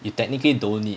you technically don't need